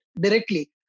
directly